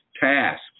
tasks